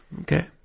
Okay